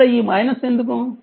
ఇక్కడ ఈ ఎందుకు